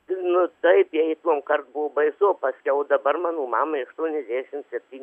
nu taip jai tuomkart buvo baisu o paskiau dabar mano mamai aštuoniasdešim septyni